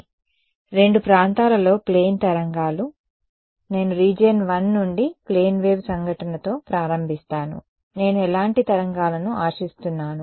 కాబట్టి రెండు ప్రాంతాలలో ప్లేన్ తరంగాలు నేను రీజియన్ 1 నుండి ప్లేన్ వేవ్ సంఘటనతో ప్రారంభిస్తాను నేను ఎలాంటి తరంగాలను ఆశిస్తున్నాను